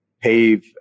pave